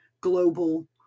global